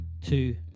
two